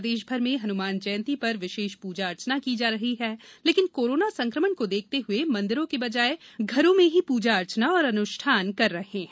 प्रदेशभर में हनुमान जयंती पर विशेष पूजा अर्चना की जा रही है लेकिन कोरोना सक्रमण को देखते हुए मंदिरों के बजाय घरों में ही पूजा अर्चना और अनुष्ठान कर रहे हैं